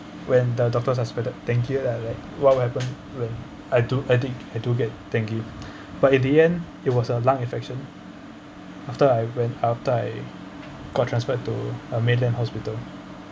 when the doctors suspected dengue ah like what will happen when I do I did I do get dengue but in the end it was a lung infection after I went after I got transferred to a mainland hospital